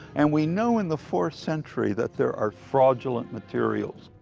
and we know, in the fourth century, that there are fraudulent materials.